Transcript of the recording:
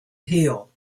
hill